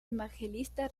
evangelista